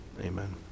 Amen